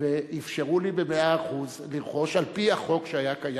אפשרו לי במאה אחוז לרכוש על-פי החוק שהיה קיים,